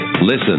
Listen